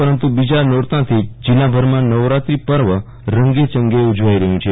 પરંતુ બીજા નોરતા થી જ જિલ્લાભરમાં નવરાત્રી પર્વ રંગેચંગે ઉજવાઈ રહયું છે